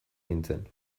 nintzen